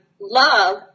love